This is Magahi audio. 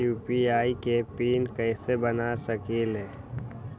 यू.पी.आई के पिन कैसे बना सकीले?